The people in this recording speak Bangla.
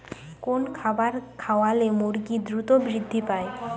কোন খাবার খাওয়ালে মুরগি দ্রুত বৃদ্ধি পায়?